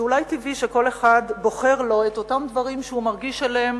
אולי טבעי שכל אחד בוחר לו את אותם דברים שהוא מרגיש אליהם